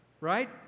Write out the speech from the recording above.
Right